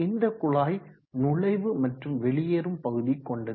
இந்த குழாய் நுழைவு மற்றும் வெளியேறும் பகுதி கொண்டது